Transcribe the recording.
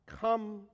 come